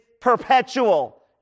perpetual